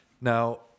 Now